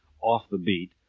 off-the-beat